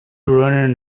running